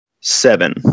Seven